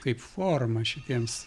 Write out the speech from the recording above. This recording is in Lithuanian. kaip forma šitiems